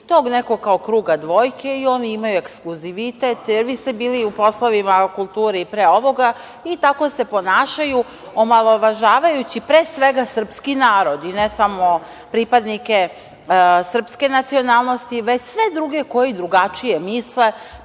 tog nekog kao kruga dvojke. Oni imaju ekskluzivitet, jer vi ste bili i u poslovima kulture i pre ovoga i tako se ponašaju, omalovažavajući pre svega srpski narod i ne samo pripadnike srpske nacionalnosti, već sve druge koji drugačije misle.